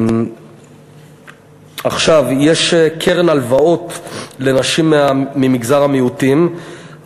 יש קרן הלוואות לנשים ממגזר המיעוטים,